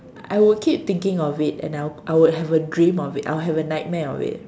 I would keep thinking of it and now I would I would have a dream it I would have a nightmare of it